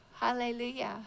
hallelujah